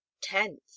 tenth